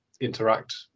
interact